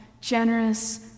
generous